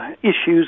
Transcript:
issues